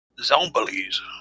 Zombies